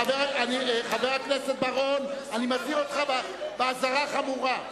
חבר הכנסת בר-און, אני מזהיר אותך באזהרה חמורה.